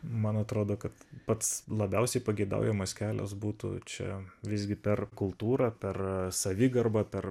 man atrodo kad pats labiausiai pageidaujamas kelias būtų čia visgi per kultūrą per savigarbą per